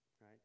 Right